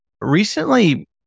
recently